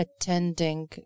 attending